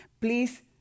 Please